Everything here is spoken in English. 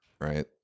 right